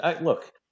look